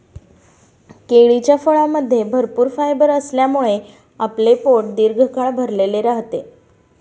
केळीच्या फळामध्ये भरपूर फायबर असल्यामुळे आपले पोट दीर्घकाळ भरलेले राहते